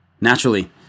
Naturally